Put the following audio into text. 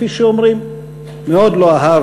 כפי שאומרים; הוא מאוד לא אהב